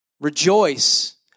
Rejoice